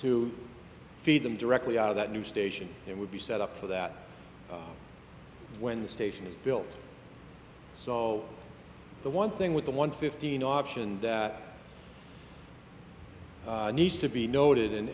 to feed them directly out of that new station it would be set up so that when the station is built so the one thing with the one fifteen option that needs to be noted and